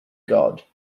god